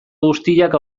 guztiak